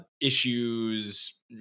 issues